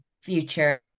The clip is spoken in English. future